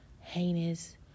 heinous